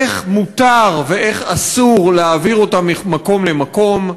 איך מותר ואיך אסור להעביר אותם ממקום למקום.